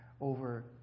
over